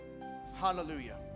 Hallelujah